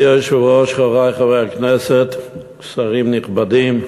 גברתי היושבת-ראש, חברי חברי הכנסת, שרים נכבדים,